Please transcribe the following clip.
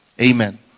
amen